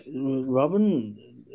Robin